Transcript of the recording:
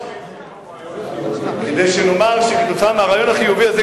בבסיס זה רעיון חיובי.